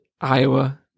Iowa